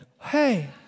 hey